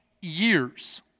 years